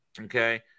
okay